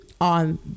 On